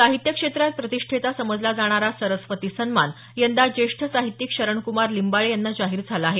साहित्य क्षेत्रात प्रतिष्ठेचा समजला जाणारा सरस्वती सन्मान यंदा ज्येष्ठ साहित्यिक शरणकुमार लिंबाळे यांना जाहीर झाला आहे